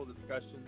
discussion